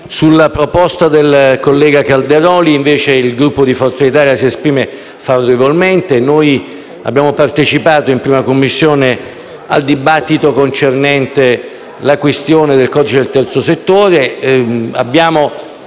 sulla proposta del collega Calderoli il Gruppo di Forza Italia si esprime favorevolmente. Noi abbiamo partecipato in 1a Commissione al dibattito concernente la questione del codice del terzo settore